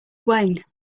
wayne